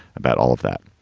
about all of that.